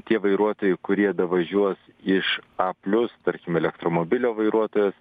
tie vairuotojai kurie davažiuos iš aplius tarkim elektromobilio vairuotojas